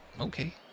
Okay